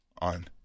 on